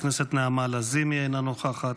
חברת הכנסת נעמה לזימי, אינה נוכחת.